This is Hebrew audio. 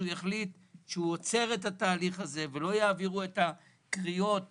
ולא יעבירו את הקריאות